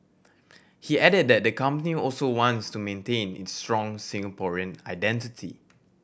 he added that the company also wants to maintain its strong Singaporean identity